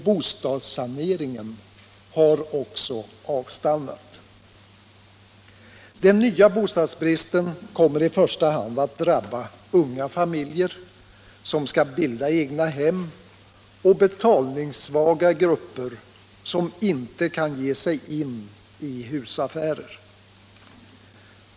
Bostadssaneringen har också avstannat. Den nya bostadsbristen kommer i första hand att drabba unga familjer som skall bilda egna hem och betalningssvaga grupper som inte kan ge sig in i husaffärer.